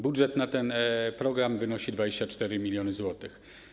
Budżet na ten program wynosi 24 mln zł.